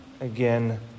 again